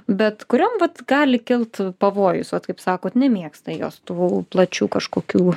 bet kuriom vat gali kilt pavojus vat kaip sakot nemėgsta jos tų plačių kažkokių